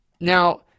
Now